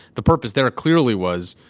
the purpose there clearly was.